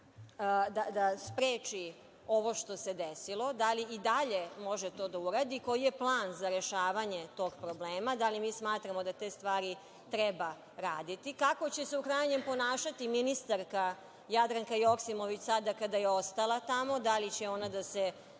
da spreči ovo što se desilo? Da li i dalje može to da uradi? Koji je plan za rešavanje tog problema? Da li mi smatramo da te stvari treba raditi? Kako će se, u krajnjem, ponašati ministarka Jadranka Joksimović sada kada je ostala tamo? Da li će ona da se